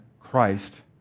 Christ